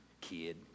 kid